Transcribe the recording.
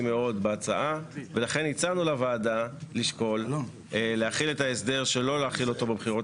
מאוד בהצעה ולכן הצענו לוועדה לשקול שלא להחיל את ההסדר בבחירות